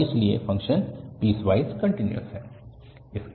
और इसलिए function piecewise continuous है